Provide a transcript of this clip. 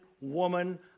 woman